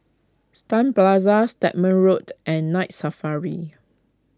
Stun Plaza Stagmont Road and Night Safari